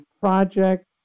project